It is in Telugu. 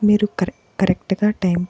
మీరు కరెక్ట్ కరెక్ట్గా టైంకి